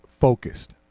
focused